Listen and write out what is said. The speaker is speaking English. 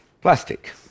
Plastic